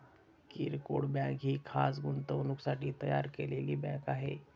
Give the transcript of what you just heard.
किरकोळ बँक ही खास गुंतवणुकीसाठी तयार केलेली बँक आहे